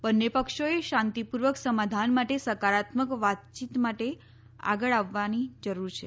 બંન્ને પક્ષોએ શાંતિપૂર્વક સમાધાન માટે સકારાત્મક વાતચીત માટે આગળ આપવાની જરૂર છે